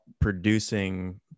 producing